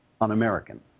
un-American